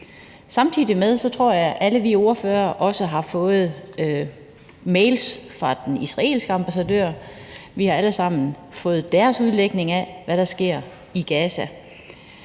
Samtidig tror jeg, at alle vi ordførere også har fået mails fra den israelske ambassadør. Vi har alle sammen fået israelernes udlægning af, hvad der sker i Gaza.